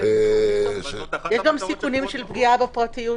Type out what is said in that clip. יש גם סיכונים של פגיעה בפרטיות,